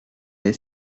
est